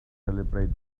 celebrate